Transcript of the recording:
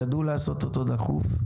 ידעו לעשות אותו דחוף,